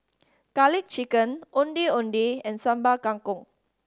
Garlic Chicken Ondeh Ondeh and Sambal Kangkong